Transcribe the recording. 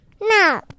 No